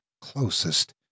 closest